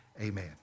amen